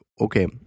okay